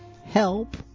Help